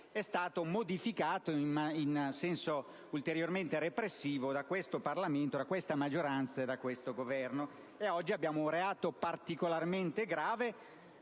è stato modificato in senso ulteriormente repressivo da questo Parlamento, da questa maggioranza e da questo Governo. Oggi risulta quindi un reato particolarmente grave.